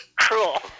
Cruel